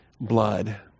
blood